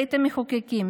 בית המחוקקים,